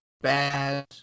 bad